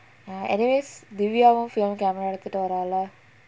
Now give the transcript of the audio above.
ya anyways divya film camera எடுத்துட்டு வரால:eduthuttu varaala